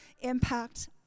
impact